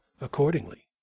accordingly